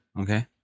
okay